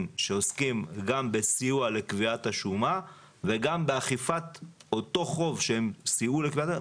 שעוסקים גם בסיוע לקביעת השומה וגם באכיפת אותו חוב שהם סייעו לקביעתו,